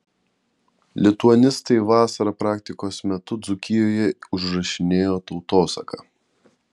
lituanistai vasarą praktikos metu dzūkijoje užrašinėjo tautosaką